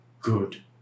good